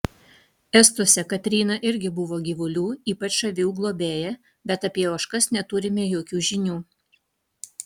estuose katryna irgi buvo gyvulių ypač avių globėja bet apie ožkas neturime jokių žinių